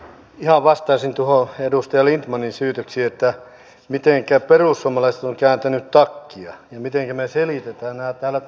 ihan vastaisin noihin edustaja lindtmanin syytöksiin mitenkä perussuomalaiset ovat kääntäneet takkia ja mitenkä me selitämme nämä näillä toreilla